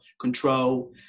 control